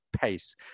PACE